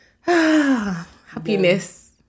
happiness